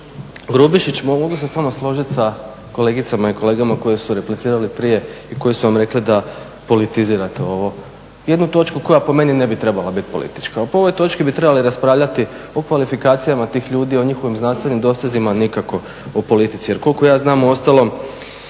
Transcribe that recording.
Grubišić mogu se samo složiti sa kolegicama i kolegama koji su replicirali prije i koji su vam rekli da politizirate ovo. Jednu točku koja po meni ne bi trebala biti politička. Po ovoj točki bi trebali raspravljati o kvalifikacijama tih ljudi, o njihovim znanstvenim dosezima a nikako o politici. Jer koliko ja znam uostalom